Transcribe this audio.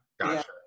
Gotcha